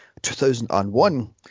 2001